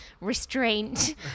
restraint